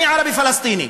אני ערבי-פלסטיני.